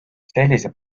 sellise